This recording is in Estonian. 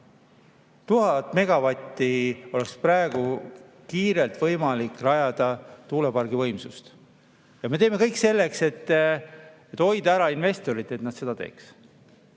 1000 megavatti oleks praegu kiirelt võimalik rajada tuulepargi võimsust. Aga me teeme kõik selleks, et hoida ära investorid, et nad seda teeks.